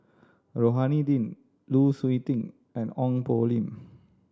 Rohani Din Lu Suitin and Ong Poh Lim